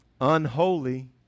unholy